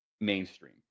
mainstream